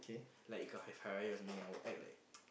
like if Hari-Raya or something I'd act like